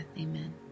amen